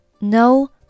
no